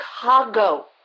Chicago